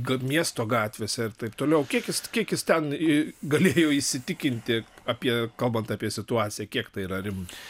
kad miesto gatvėse ir taip toliau kiek jis kiek jis ten galėjo įsitikinti apie kalbant apie situaciją kiek tai yra rimta